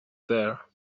there